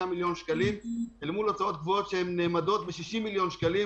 מיליון שקלים הן מול הוצאות שנאמדות ב-60 מיליון שקלים